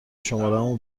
شمارمو